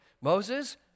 Moses